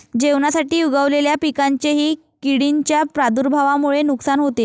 जेवणासाठी उगवलेल्या पिकांचेही किडींच्या प्रादुर्भावामुळे नुकसान होते